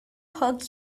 hug